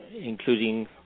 including